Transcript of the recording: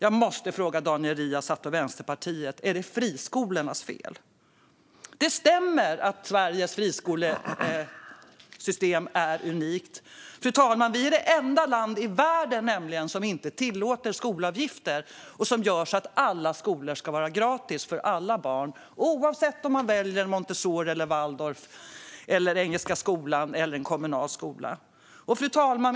Jag måste fråga Daniel Riazat och Vänsterpartiet: Är det friskolornas fel? Det stämmer att Sveriges friskolesystem är unikt. Vi är nämligen det enda land i världen som inte tillåter skolavgifter utan ser till att alla skolor ska vara gratis för alla barn. Det gäller oavsett om man väljer Montessori, Waldorf, Engelska Skolan eller en kommunal skola. Fru talman!